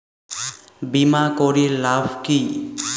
বিমা করির লাভ কি?